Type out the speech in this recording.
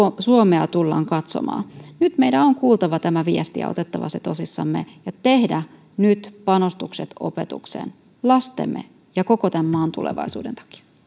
suomea tullaan katsomaan nyt meidän on kuultava tämä viesti ja otettava se tosissamme ja tehtävä panostukset opetukseen lastemme ja koko tämän maan tulevaisuuden